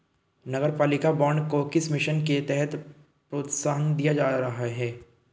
नगरपालिका बॉन्ड को किस मिशन के तहत प्रोत्साहन दिया जा रहा है?